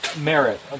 merit